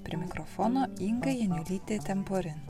prie mikrofono inga janiulytė temporin